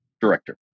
director